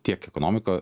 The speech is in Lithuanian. tiek ekonomika